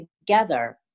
together